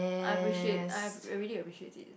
I appreciate I already appreciate it